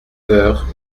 heures